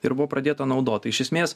ir buvo pradėta naudot tai iš esmės